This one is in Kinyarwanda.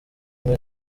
umwe